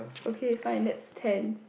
okay fine that's ten